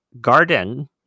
garden